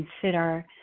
consider